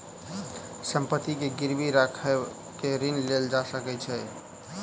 संपत्ति के गिरवी राइख के ऋण लेल जा सकै छै